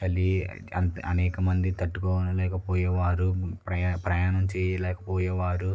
చలి అనేక మంది తట్టుకోలేక పోయేవారు ప్రయ ప్రయాణం చేయలేక పోయేవారు